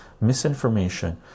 misinformation